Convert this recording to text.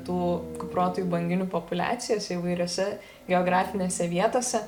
tų kuprotųjų banginių populiacijos įvairiose geografinėse vietose